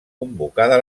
convocada